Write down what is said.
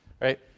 right